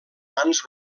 mans